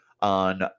on